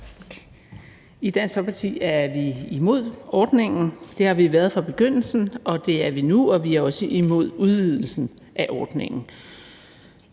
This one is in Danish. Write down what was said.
I Dansk Folkeparti er vi imod ordningen. Det har vi været fra begyndelsen, det er vi endnu, og vi er også imod udvidelsen af ordningen.